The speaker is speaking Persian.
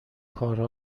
کارها